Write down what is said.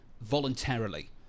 voluntarily